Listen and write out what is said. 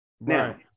now